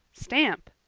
stamp!